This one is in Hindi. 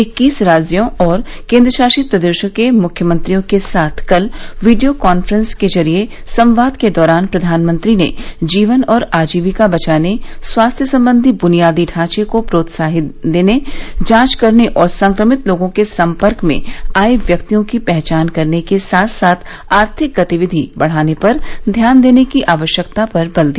इक्कीस राज्यों और केंद्रशासित प्रदेशों के मुख्यमंत्रियों के साथ कल वीडियो काफ्रेंस के जरिए संवाद के दौरान प्रधानमंत्री ने जीवन और आजीविका बचाने स्वास्थ्य संबंधी बुनियादी ढांचे को प्रोत्साहन देने जांच करने और संक्रमित लोगों के संपर्क में आये व्यक्तियों की पहचान करने के साथ साथ आर्थिक गतिविधि बढ़ाने पर ध्यान देने की आवश्यकता पर बल दिया